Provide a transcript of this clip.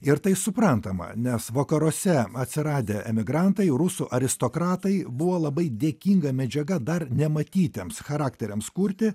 ir tai suprantama nes vakaruose atsiradę emigrantai rusų aristokratai buvo labai dėkinga medžiaga dar nematytiems charakteriams kurti